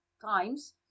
times